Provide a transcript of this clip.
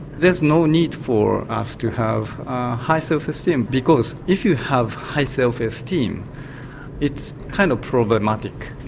there's no need for us to have high self-esteem because if you have high self-esteem it's kind of problematic.